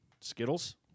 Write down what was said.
Skittles